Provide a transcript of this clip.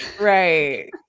Right